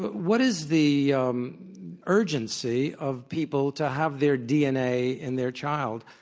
but what is the um urgency of people to have their dna in their child?